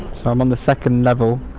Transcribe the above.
so i'm on the second level,